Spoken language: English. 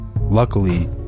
Luckily